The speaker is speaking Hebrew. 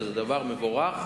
וזה דבר מבורך.